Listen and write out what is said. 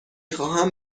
خواهم